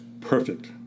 perfect